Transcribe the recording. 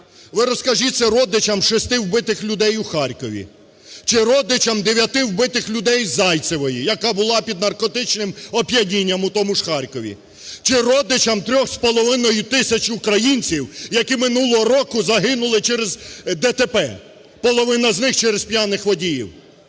Ви розкажіть це родичам шести вбитих людей у Харкові чи родичам дев'яти вбитих людей Зайцевою, яка була під наркотичним оп'янінням у тому ж Харкові! Чи родичам трьох з половиною тисяч українців, які минулого року загинули через ДТП, половина з них – через п'яних водіїв!